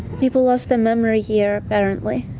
people lost their memory here, apparently.